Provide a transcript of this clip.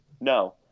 No